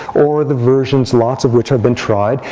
or the versions, lots of which have been tried,